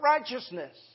righteousness